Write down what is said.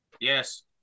yes